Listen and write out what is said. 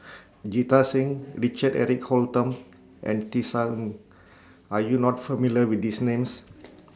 Jita Singh Richard Eric Holttum and Tisa Ng Are YOU not familiar with These Names